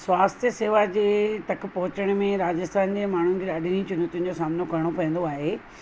स्वास्थय सेवा जे तक पहुचण में राजस्थान जे माण्हुनि खे ॾाढियूं चुनोतियुनि जो सामनो करिणो पवंदो आहे